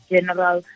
General